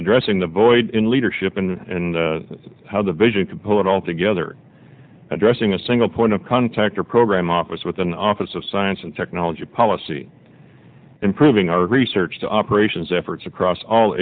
addressing the void in leadership and how the vision can pull it all together addressing a single point of contact or program office with an office of science and technology policy improving our research the operations efforts across all